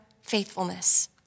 faithfulness